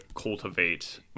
cultivate